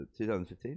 2015